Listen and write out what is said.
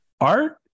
Art